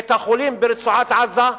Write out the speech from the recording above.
את החולים ברצועת-עזה,